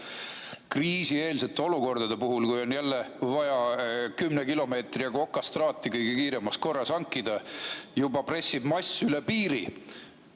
kriisieelsete olukordade puhul, kui on jälle vaja kümne kilomeetri jagu okastraati kõige kiiremas korras hankida. Juba pressib mass üle piiri.